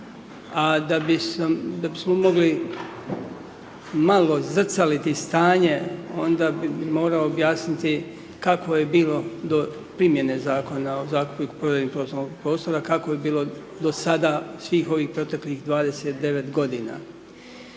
a da bismo mogli malo zrcaliti stanje, onda bi morao objasniti kakvo je bilo do primjene Zakona o zakupu i kupoprodaji poslovnog prostora, kako je bilo do sada, svih ovih proteklih 29 godina.